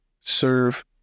serve